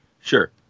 sure